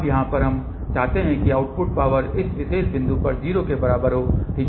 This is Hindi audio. अब यहाँ पर हम चाहते हैं कि आउटपुट पावर इस विशेष बिंदु पर 0 के करीब हो ठीक है